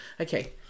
Okay